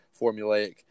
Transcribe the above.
formulaic